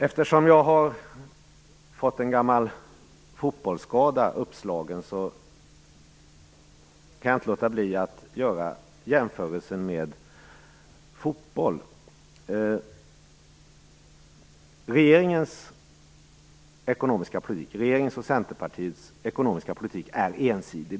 Eftersom jag har fått en gammal fotbollsskada uppslagen kan jag inte låta bli att göra jämförelsen med fotboll. Regeringens och Centerpartiets ekonomiska politik är ensidig.